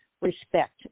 respect